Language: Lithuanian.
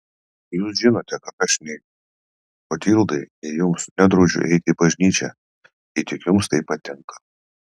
jūs žinote kad aš nei klotildai nei jums nedraudžiu eiti į bažnyčią jei tik jums tai patinka